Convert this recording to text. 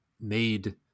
made